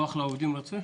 הכוח לעובדים רוצה?